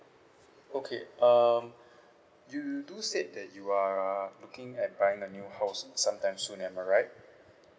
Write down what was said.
okay um you do said that you are looking at buying a new house sometime soon am I right